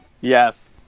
Yes